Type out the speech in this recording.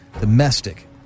domestic